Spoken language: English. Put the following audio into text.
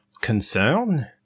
concern